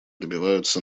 добиваются